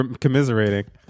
commiserating